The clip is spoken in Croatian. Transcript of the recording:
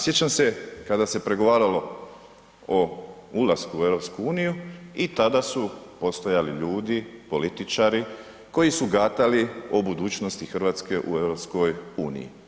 Sjećam se kada se pregovaralo o ulasku u EU i tada su postojali ljudi, političari koji su gatali o budućnosti Hrvatske u EU.